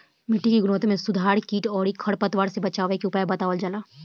मिट्टी के गुणवत्ता में सुधार कीट अउरी खर पतवार से बचावे के उपाय बतावल जाला